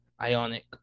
ionic